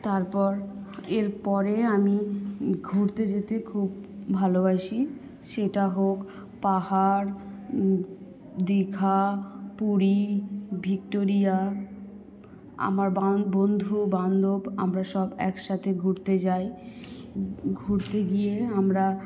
তারপর এরপরে আমি ঘুরতে যেতে খুব ভালোবাসি সেটা হোক পাহাড় দীঘা পুরী ভিক্টোরিয়া আমার বন্ধু বান্ধব আমরা সব একসাথে ঘুরতে যাই ঘুরতে গিয়ে আমরা